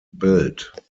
built